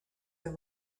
than